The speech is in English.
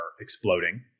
exploding